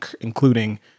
including